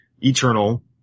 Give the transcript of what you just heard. Eternal